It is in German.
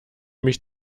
mich